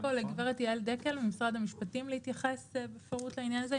ניתן אולי לגב' יעל דקל ממשרד המשפטים להתייחס בפירוט לעניין הזה?